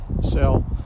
sell